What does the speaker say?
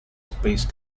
space